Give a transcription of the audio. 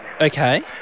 Okay